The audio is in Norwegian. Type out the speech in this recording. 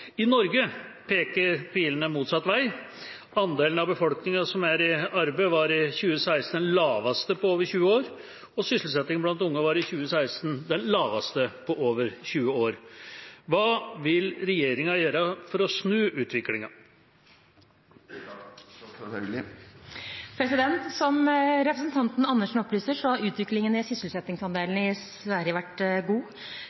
I Norge peker pilene motsatt vei. Andelen av befolkningen som er i arbeid, var i 2016 den laveste på over 20 år, og sysselsettingen blant unge var i 2016 den laveste på over 20 år. Hva vil regjeringen gjøre for å snu utviklingen?» Som representanten Andersen opplyser, har utviklingen i sysselsettingsandelen i Sverige vært god.